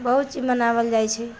बहुत चीज मनाबल जाइ छै